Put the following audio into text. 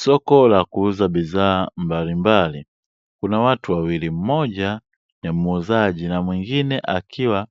Soko la kuuza bidhaa mbalimbali, kuna watu wawili, mmoja ni muuzaji na mwengine akiwa